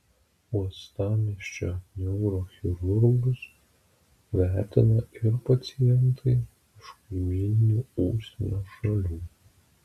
uostamiesčio neurochirurgus vertina ir pacientai iš kaimyninių užsienio šalių